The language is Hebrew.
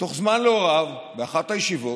תוך זמן לא רב, באחת הישיבות,